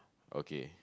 okay